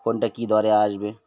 কোনটা কী দরে আসবে